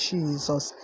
Jesus